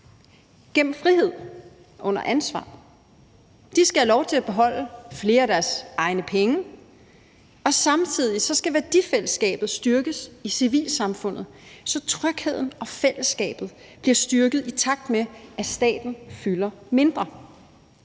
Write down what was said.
gennem frihed under ansvar. De skal have lov til at beholde flere af deres egne penge, og samtidig skal værdifællesskabet styrkes i civilsamfundet, så trygheden og fællesskabet bliver styrket, i takt med at staten fylder mindre.